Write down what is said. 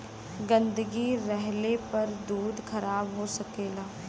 गन्दगी रहले पर दूध खराब हो सकेला